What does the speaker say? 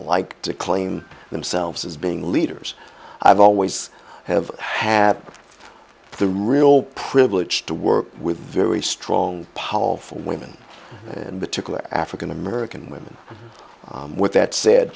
like to claim themselves as being leaders i've always have had the real privilege to work with very strong powerful women and particularly african american women with that said